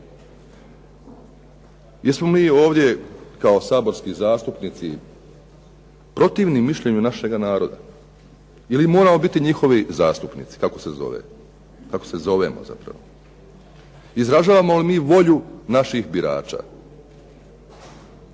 Jesmo mi ovdje kao saborski zastupnici protivni mišljenju našega naroda? Ili moramo biti njihovi zastupnici, kako se zovemo zapravo? Izražavamo li mi volju naših birača?